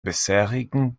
bisherigen